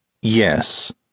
Yes